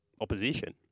opposition